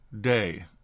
day